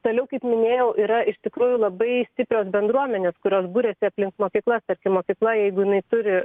toliau kaip minėjau yra iš tikrųjų labai stiprios bendruomenės kurios buriasi aplink mokyklas tarkim mokykla jeigu jinai turi